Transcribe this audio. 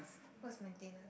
what's maintenance